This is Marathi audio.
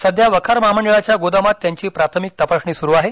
सध्या वखार महामंडळाच्या गोदामात त्यांची प्राथमिक तपासणी सुरू आहे